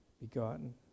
begotten